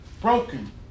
broken